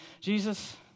Jesus